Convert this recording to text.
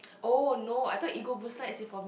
oh no I thought ego booster as in for